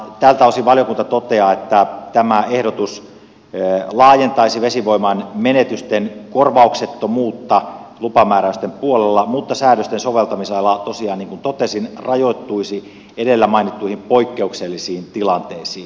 tältä osin valiokunta toteaa että tämä ehdotus laajentaisi vesivoiman menetysten korvauksettomuutta lupamääräysten puolella mutta säädösten soveltamisala tosiaan niin kuin totesin rajoittuisi edellä mainittuihin poikkeuksellisiin tilanteisiin